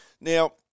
Now